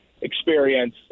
experience